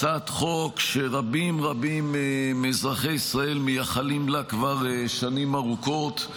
זו הצעת חוק שרבים רבים מאזרחי ישראל מייחלים לה כבר שנים ארוכות,